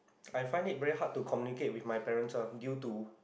I find it very hard to communicate with my parents ah due to